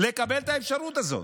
לקבל את האפשרות הזאת.